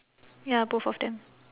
ya both of them